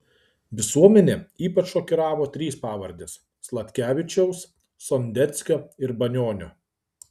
visuomenę ypač šokiravo trys pavardės sladkevičiaus sondeckio ir banionio